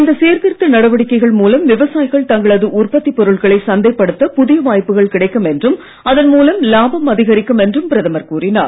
இந்த சீர்திருத்த நடவடிக்கைகள் மூலம் விவசாயிகள் தங்களது உற்பத்திப் பொருட்களை சந்தைப் படுத்த புதிய வாய்ப்புகள் கிடைக்கும் என்றும் அதன் மூலம் இலாபம் அதிகரிக்கும் என்றும் பிரதமர் கூறினார்